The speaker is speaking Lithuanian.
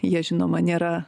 jie žinoma nėra